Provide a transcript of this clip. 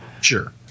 Sure